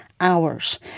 hours